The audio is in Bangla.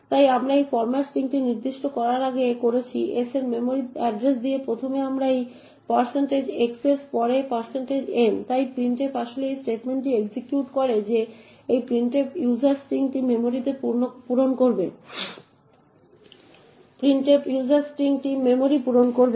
তাই আমরা এই ফরম্যাট স্ট্রিংটি নির্দিষ্ট করার আগে করেছি s এর মেমরি অ্যাড্রেস দিয়ে প্রথমে আমরা এই xs এর পরে n তাই printf আসলে এই স্টেটমেন্টটি এক্সিকিউট করে যে এই printf ইউজার স্ট্রিংটি মেমরি পূরণ করবে